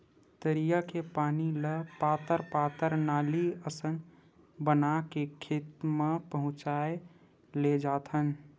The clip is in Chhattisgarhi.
तरिया के पानी ल पातर पातर नाली असन बना के खेत म पहुचाए लेजाथन